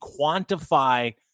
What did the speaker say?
quantify